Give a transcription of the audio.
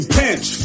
pinch